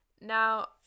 Now